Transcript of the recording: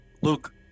Luke